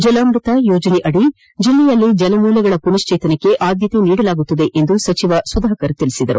ಜಲಾಮೃತ ಯೋಜನೆಯಡಿ ಜಿಲ್ಲೆಯಲ್ಲಿ ಜಲಮೂಲಗಳ ಮನಸ್ವೇತನಕ್ಕೆ ಆದ್ದತೆ ನೀಡಲಾಗುವುದೆಂದು ಸಚಿವರು ತಿಳಿಸಿದರು